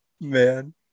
Man